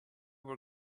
were